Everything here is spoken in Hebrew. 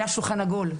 היה שולחן עגול,